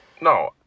no